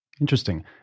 Interesting